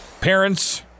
Parents